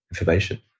information